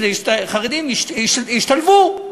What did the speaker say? כדי שחרדים ישתלבו.